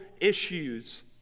issues